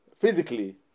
physically